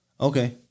Okay